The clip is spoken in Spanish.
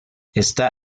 está